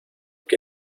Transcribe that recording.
que